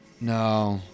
No